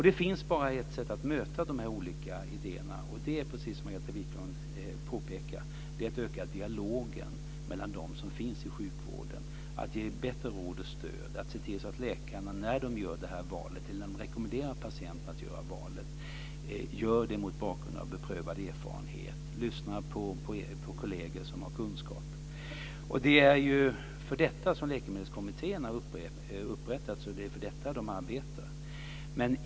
Det finns bara ett sätt att möta de här olika idéerna. Det är, precis som Margareta Viklund påpekar, att öka dialogen mellan dem som finns i sjukvården, att ge bättre råd och stöd, att se till att läkarna gör det här valet eller rekommenderar patienterna att göra valet mot bakgrund av beprövad erfarenhet och att man lyssnar på kolleger som har kunskaper. Det är för detta som läkemedelskommittéerna har upprättats, och det är för detta som de arbetar.